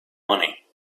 money